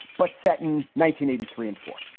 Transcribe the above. but set in nineteen eighty three and four.